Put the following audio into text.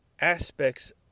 aspects